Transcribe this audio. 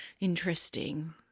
Interesting